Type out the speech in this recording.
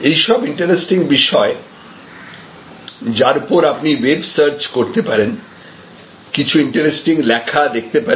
এইসব ইন্টারেস্টিং বিষয় যার উপর আপনি ওয়েব সার্চ করতে পারেন কিছু ইন্টারেস্টিং লেখা দেখতে পারেন